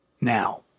Now